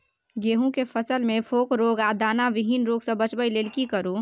गेहूं के फसल मे फोक रोग आ दाना विहीन रोग सॅ बचबय लेल की करू?